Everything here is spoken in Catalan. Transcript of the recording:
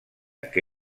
que